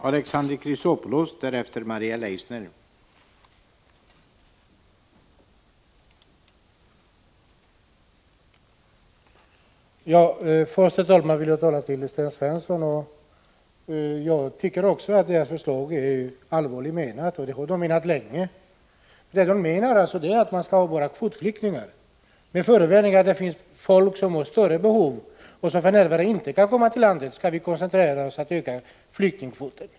Herr talman! Först vill jag säga några ord till Sten Svensson. Jag tror också att moderaternas förslag att man skall ha bara kvotflyktingar är allvarligt menat — det har de menat länge. Med förevändningen att det finns folk som har större behov än de som kommer hit och som för närvarande inte kan komma hit skall vi koncentrera oss på att öka flyktingkvoten.